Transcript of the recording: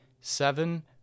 Seven